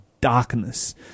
darkness